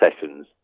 sessions